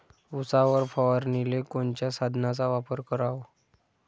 उसावर फवारनीले कोनच्या साधनाचा वापर कराव?